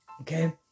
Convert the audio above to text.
okay